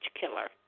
killer